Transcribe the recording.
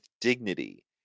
dignity